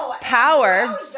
power